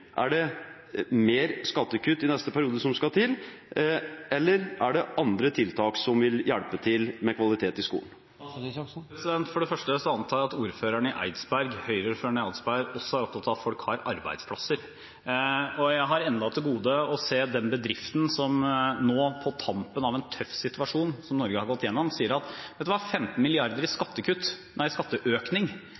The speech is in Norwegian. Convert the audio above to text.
Er det mer skattekutt i neste periode som skal til, eller er det andre tiltak som vil hjelpe til med kvalitet i skolen? For det første antar jeg at Høyre-ordføreren i Eidsberg også er opptatt av at folk har arbeidsplasser. Jeg har ennå til gode å se den bedriften som nå på tampen av en tøff situasjon som Norge har gått gjennom, sier: Vet du hva, 15 mrd. i